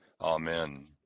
Amen